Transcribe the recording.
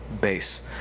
base